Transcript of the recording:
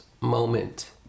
moment